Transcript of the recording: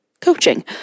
coaching